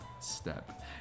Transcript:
Step